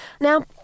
Now